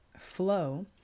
flow